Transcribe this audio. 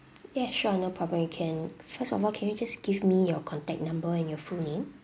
yeah sure no problem you can first of all can you just give me your contact number and your full name